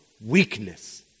weakness